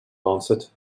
answered